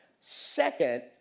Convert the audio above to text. Second